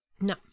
No